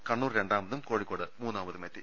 കണ്ണൂർ രണ്ടാമതും കോഴിക്കോട് മൂന്നാമ തുമെത്തി